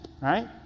right